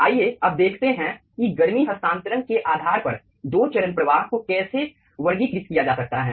आइए अब देखते हैं कि गर्मी हस्तांतरण के आधार पर दो चरण प्रवाह को कैसे वर्गीकृत किया जा सकता है